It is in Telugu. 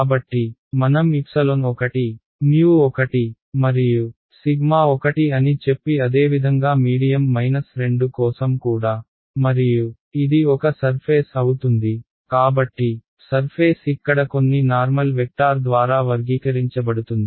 కాబట్టి మనం 1 1 మరియు 1 అని చెప్పి అదేవిధంగా మీడియం 2 కోసం కూడా మరియు ఇది ఒక సర్ఫేస్ అవుతుంది కాబట్టి సర్ఫేస్ ఇక్కడ కొన్ని నార్మల్ వెక్టార్ ద్వారా వర్గీకరించబడుతుంది